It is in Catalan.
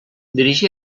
dirigí